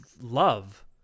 love